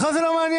אותך זה לא מעניין.